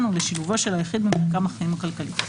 ולשילובו של היחיד במרקם החיים הכלכליים.